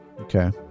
Okay